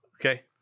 okay